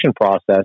process